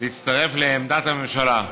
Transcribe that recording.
להצטרף לעמדת הממשלה.